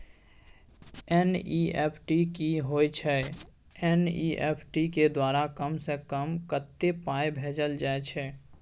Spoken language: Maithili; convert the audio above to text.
एन.ई.एफ.टी की होय छै एन.ई.एफ.टी के द्वारा कम से कम कत्ते पाई भेजल जाय छै?